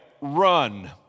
run